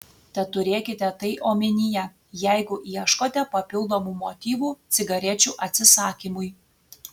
tad turėkite tai omenyje jeigu ieškote papildomų motyvų cigarečių atsisakymui